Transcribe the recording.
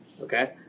okay